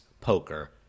poker